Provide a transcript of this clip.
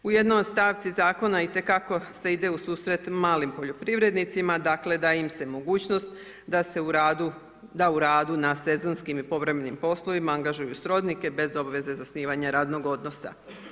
U jednoj od stavci Zakona itekako se ide u susret malim poljoprivrednicima, dakle daje im se mogućnost da u radu na sezonskim i povremenim poslovima angažiraju srodnike bez obveze zasnivanja radnog odnosa.